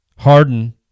Harden